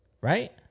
Right